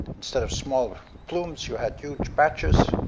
instead of small plumes, you had huge batches,